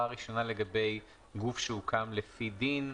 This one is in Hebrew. ראשונה היא לגבי "גוף שהוקם לפי דין".